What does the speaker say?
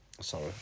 Sorry